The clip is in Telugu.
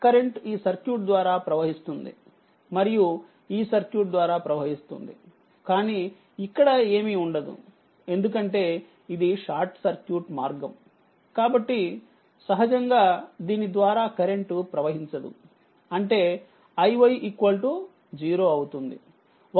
కరెంట్ ఈ సర్క్యూట్ ద్వారా ప్రవహిస్తుంది మరియు ఈ సర్క్యూట్ ద్వారా ప్రవహిస్తుంది కానీ ఇక్కడ ఏమీ ఉండదుఎందుకంటే ఇది షార్ట్ సర్క్యూట్ మార్గం కాబట్టి సహజంగా దీని ద్వారా కరెంట్ ప్రవహించదు అంటే iy 0అవుతుంది